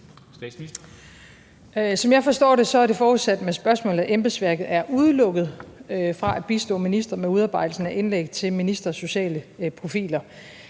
Som jeg forstår det, er det med spørgsmålet forudsat, at embedsværket er udelukket fra at bistå ministre med udarbejdelsen af indlæg til ministres sociale profiler,